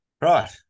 Right